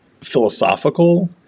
philosophical